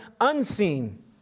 unseen